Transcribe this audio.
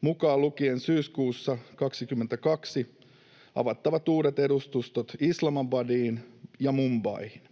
mukaan lukien syyskuussa 22 avattavat uudet edustustot Islamabadiin ja Mumbaihin.